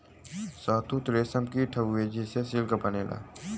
शहतूत रेशम कीट हउवे जेसे सिल्क बनेला